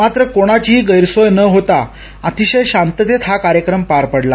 मात्र कोणाचीही गैरसोय न होता अतिशय शांततेत हा कार्यक्रम पार पडला